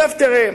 עכשיו תראה,